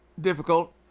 difficult